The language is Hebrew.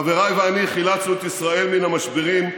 חבריי ואני חילצנו את ישראל מן המשברים,